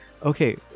okay